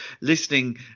listening